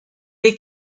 les